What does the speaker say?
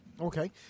Okay